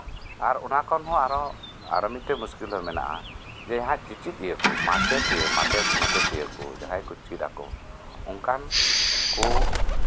ᱟᱨ ᱚᱱᱟ ᱠᱷᱚᱱᱦᱚᱸ ᱟᱨᱦᱚᱸ ᱟᱨ ᱢᱤᱫᱴᱮᱱ ᱢᱩᱥᱠᱤᱞᱦᱚᱸ ᱢᱮᱱᱟᱜᱼᱟ ᱡᱮ ᱡᱟᱸᱦᱟᱭ ᱪᱮᱪᱮᱫᱤᱭᱟᱹ ᱠᱚ ᱢᱟᱪᱮᱫ ᱢᱟᱪᱮᱫᱤᱭᱟᱹ ᱠᱚ ᱡᱟᱸᱦᱟᱭ ᱠᱚ ᱪᱮᱫ ᱟᱠᱚ ᱚᱱᱠᱟᱱ ᱠᱚ